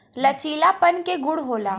लचीलापन के गुण होला